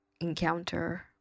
encounter